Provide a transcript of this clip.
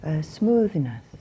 smoothness